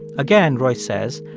again, royce says,